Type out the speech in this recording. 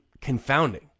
confounding